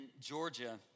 Georgia